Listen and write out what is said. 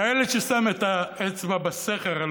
כילד ששם את האצבע בסכר.